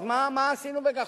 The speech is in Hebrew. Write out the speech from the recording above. אז מה עשינו בכך?